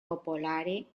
popolari